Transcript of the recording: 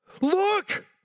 Look